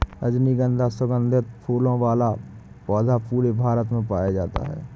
रजनीगन्धा सुगन्धित फूलों वाला पौधा पूरे भारत में पाया जाता है